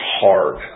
hard